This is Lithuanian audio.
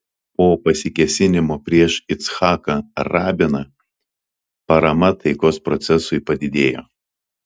po pasikėsinimo prieš icchaką rabiną parama taikos procesui padidėjo